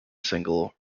single